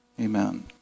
Amen